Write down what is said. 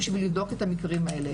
בשביל לבדוק את המקרים האלה.